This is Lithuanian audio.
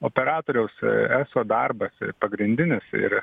operatoriaus eso darbas pagrindinis ir